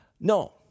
No